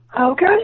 Okay